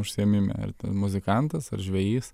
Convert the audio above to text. užsiėmime ar ten muzikantas ar žvejys